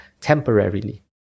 temporarily